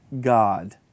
God